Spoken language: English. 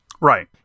Right